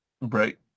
Right